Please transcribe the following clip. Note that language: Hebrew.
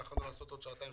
יכולנו לקיים עוד שעתיים,